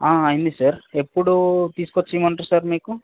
అయ్యింది సార్ ఎప్పుడు తీసుకొచ్చి ఇవ్వమంటారు సార్ మీరు